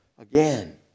again